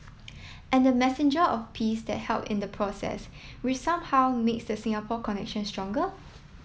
and the messenger of peace that help in the process which somehow makes the Singapore connection stronger